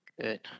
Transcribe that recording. Good